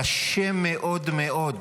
קשה מאוד מאוד,